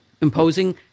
imposing